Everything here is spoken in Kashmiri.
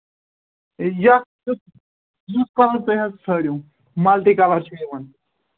یتھ یُس کلر تۅہہِ حظ ژھانٛڈِو ملٹی کلر چھِ یِوان